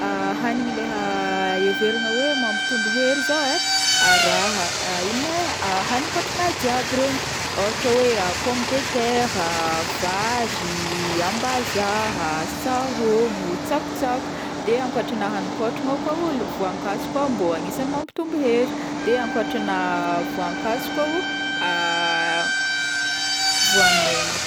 Hagniny leha heverina hoe mampitombo hery zao e, araha, ino ma e haninkotragna jiaby regny ôhatra hoe: pomme de terre a, vary, ambazaha, sahôgno, tsakotsako, de ankotrana hanin-kotragna koa voankazo koa mbô agnisan'ny mampitombo hery de ankôtrana voankazo koa voamaigny.